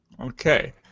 Okay